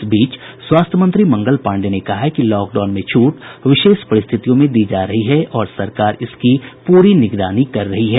इस बीच स्वास्थ्य मंत्री मंगल पांडेय ने कहा है कि लॉकडाउन में छूट विशेष परिस्थितियों में दी जा रही है और सरकार इसकी पूरी निगरानी कर रही है